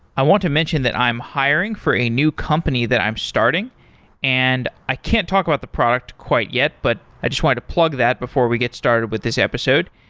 i want to mention that i'm hiring for a new company that i'm starting and i can't talk about the product quite yet, but i just wanted to plug that before we get started with this episode.